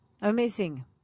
amazing